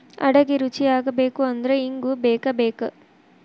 ಅಡಿಗಿ ರುಚಿಯಾಗಬೇಕು ಅಂದ್ರ ಇಂಗು ಬೇಕಬೇಕ